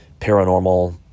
paranormal